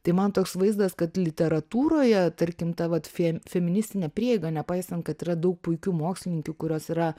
tai man toks vaizdas kad literatūroje tarkim ta vat fem feministinė prieiga nepaisant kad yra daug puikių mokslininkių kurios yra